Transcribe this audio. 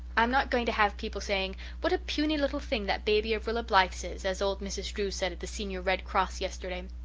am not going to have people saying what a puny little thing that baby of rilla blythe's is as old mrs. drew said at the senior red cross yesterday.